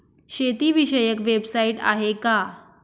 शेतीविषयक वेबसाइट आहे का?